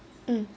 mm